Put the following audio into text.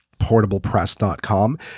portablepress.com